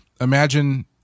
imagine